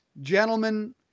gentlemen